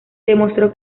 demostró